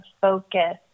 focus